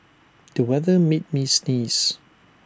the weather made me sneeze